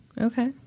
Okay